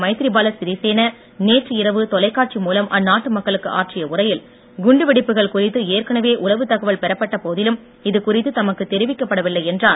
மைத்ரிபால சிறிசேன நேற்று இரவு தொலைக்காட்சி மூலம் அந்நாட்டு மக்களுக்கு ஆற்றிய உரையில் குண்டு வெடிப்புகள் குறித்து ஏற்கனவே உளவு தகவல் பெறப்பட்ட போதிலும் இதுகுறித்து தமக்கு தெரிவிக்கப்படவில்லை என்றார்